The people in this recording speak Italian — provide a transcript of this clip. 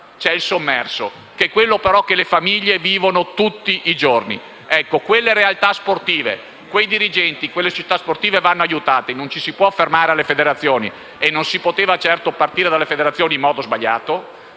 c'è il sommerso, c'è quello che le famiglie vivono tutti i giorni. Quelle realtà sportive, quei dirigenti, quelle società sportive vanno aiutati, non ci si può fermare alle federazioni e non si poteva certo partire dalle federazioni in modo sbagliato